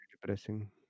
depressing